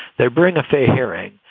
they bring a fair hearing.